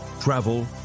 travel